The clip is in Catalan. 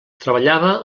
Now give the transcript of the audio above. treballava